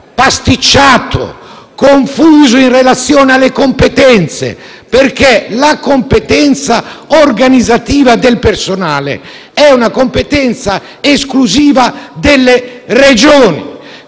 pasticciato e confuso in relazione alle competenze, perché la competenza organizzativa del personale è esclusiva delle Regioni.